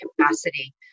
capacity